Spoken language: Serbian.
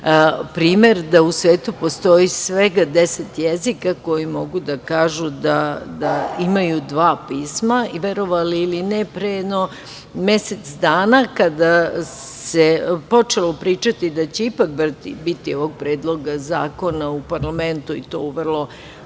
primer da u svetu postoji svega 10 jezika koji mogu da kažu da imaju dva pisma. Verovali ili ne, pre jedno mesec dana, kada se počelo pričati da će ipak biti ovog predloga zakona u parlamentu i to u vrlo